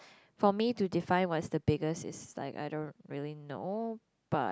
for me to define what's the biggest is like I don't really know but